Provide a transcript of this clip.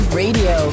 radio